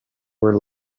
were